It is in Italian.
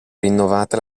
rinnovata